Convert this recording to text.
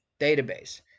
database